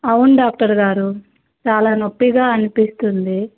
అవును డాక్టర్ గారు చాలా నొప్పిగా అనిపిస్తుంది